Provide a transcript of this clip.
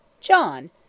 John